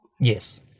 Yes